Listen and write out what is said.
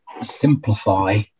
simplify